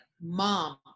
Mom